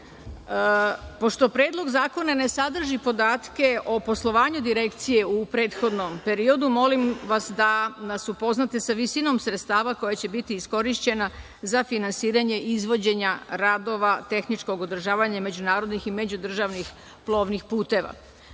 Predlog zakona ne sadrži podatke po poslovanju Direkcije u prethodnom periodu, molim vas da nas upoznate sa visinom sredstava koja će biti iskorišćena za finansiranje izvođenja radova tehničkog održavanja međunarodnih i međudržavnih plovnih puteva. Zatim,